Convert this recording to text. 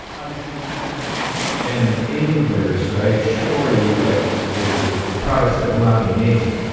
obviously, we're not gonna mention them by name. inverse, right, shorty with ah the the products that will not be named.